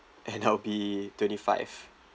and I'll be twenty five